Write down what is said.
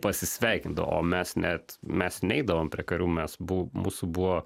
pasisveikindavo o mes net mes neidavome prie karių mes bu mūsų buvo